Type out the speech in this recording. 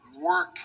work